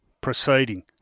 proceeding